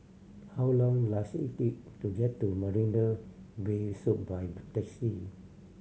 how long does it take to get to Marina Bay Suite by taxi